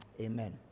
amen